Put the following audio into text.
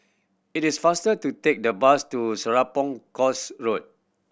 it is faster to take the bus to Serapong Course Road